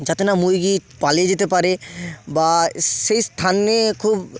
যাতে না মুরগি পালিয়ে যেতে পারে বা সেই স্থানে খুব